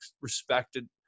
respected